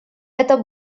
это